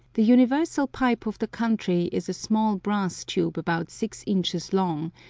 the universal pipe of the country is a small brass tube about six inches long,